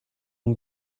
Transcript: اون